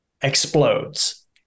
explodes